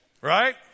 Right